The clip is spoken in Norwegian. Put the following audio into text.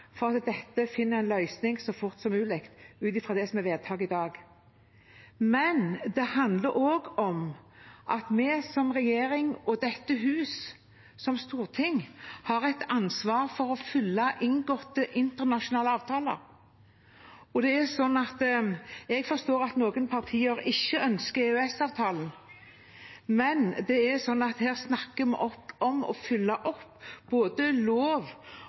for at dette finner en løsning så fort som mulig, ut fra det som er vedtaket i dag, men det handler også om at vi som regjering, og dette hus som storting, har et ansvar for å følge inngåtte internasjonale avtaler. Jeg forstår at noen partier ikke ønsker EØS-avtalen, men her snakker vi om å følge opp både lov